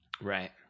Right